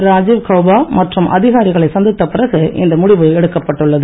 ராஜூவ் கவ்பா மற்றும் அதிகாரிகளை சந்தித்த பிறகு இந்த முடிவு எடுக்கப்பட்டுள்ளது